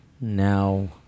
Now